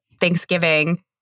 thanksgiving